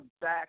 back